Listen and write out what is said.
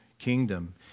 kingdom